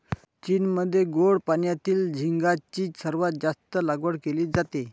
चीनमध्ये गोड पाण्यातील झिगाची सर्वात जास्त लागवड केली जाते